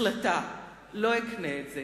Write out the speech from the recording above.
החלטה: לא אקנה את זה.